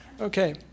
Okay